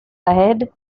ahead